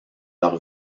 leur